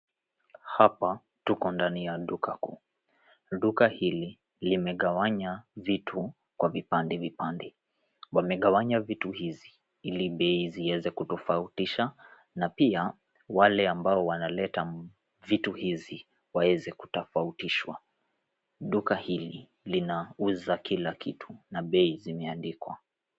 Hapa tuko ndani ya duka kuu. Duka hili limegawanya vitu kwa vipande vipande. Wamegawanya vitu hizi ili bei zieze kutofautisha na pia wale ambao wanaleta vitu hizi waeze kutafautishwa. Duka hili linauza kila kitu na bei zimeandikwa.